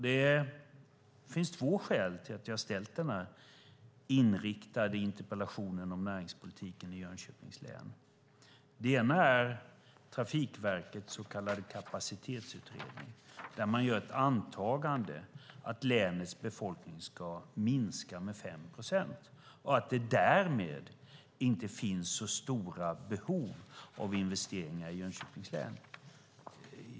Det finns två skäl till att jag har ställt denna inriktade interpellation om näringspolitiken i Jönköpings län. Det ena är Trafikverkets så kallade kapacitetsutredning, där man gör ett antagande om att länets befolkning ska minska med 5 procent och att det därmed inte finns så stora behov av investeringar i Jönköpings län.